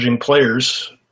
players